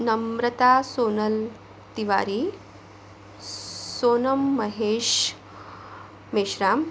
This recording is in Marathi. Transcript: नम्रता सोनल तिवारी सोनम महेश मेश्राम